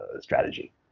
strategy